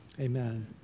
amen